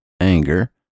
anger